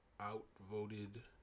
outvoted